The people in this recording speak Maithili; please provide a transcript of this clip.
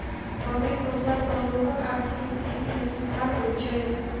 बकरी पोसला सॅ लोकक आर्थिक स्थिति मे सुधार होइत छै